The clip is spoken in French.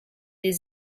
des